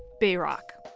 bayrock.